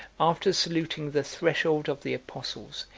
after saluting the threshold of the apostles,